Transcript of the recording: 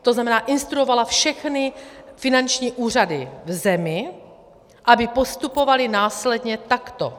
To znamená, instruovala všechny finanční úřady v zemi, aby postupovaly následně takto.